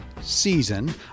season